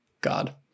God